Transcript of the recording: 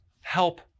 help